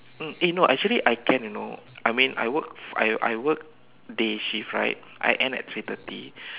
mm eh no actually I can you know I mean I work I I work day shift right I end at three thirty